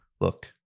look